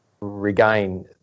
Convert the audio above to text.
regain